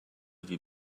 wie